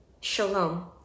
shalom